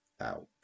out